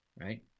right